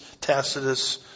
Tacitus